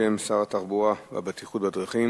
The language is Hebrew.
בשם שר התחבורה והבטיחות בדרכים.